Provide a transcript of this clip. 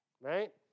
Right